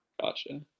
gotcha